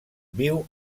viu